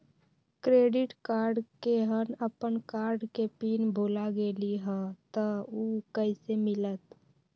Credit card केहन अपन card के पिन भुला गेलि ह त उ कईसे मिलत?